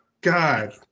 God